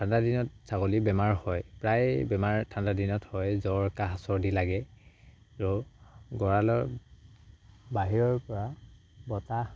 ঠাণ্ডা দিনত ছাগলী বেমাৰ হয় প্ৰায় বেমাৰ ঠাণ্ডা দিনত হয় জ্বৰ কাহ চৰ্দি লাগে আৰু গঁড়ালৰ বাহিৰৰ পৰা বতাহ